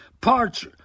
Parts